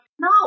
No